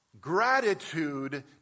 Gratitude